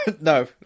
no